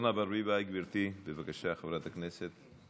אורנה ברביבאי, גברתי, בבקשה, חברת הכנסת.